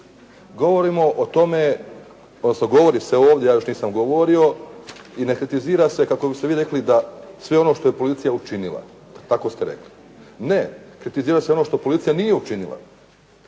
Govorimo o tome, odnosno govori se ovdje, ja još nisam govorio i ne kritizira se kako biste vi rekli da sve ono što je policija učinila. Tako ste rekli. Ne. Kritizira se ono što policija nije učinila,